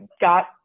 got